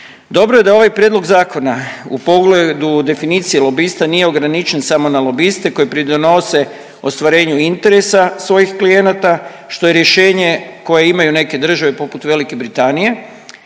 Dobro je da ovaj prijedlog zakona u pogledu definicije lobista nije ograničen samo na lobiste koji pridonose ostvarenju interesa svojih klijenata što je rješenje koje imaju neke države poput Velike Britanije,